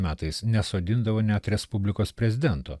metais nesodindavo net respublikos prezidento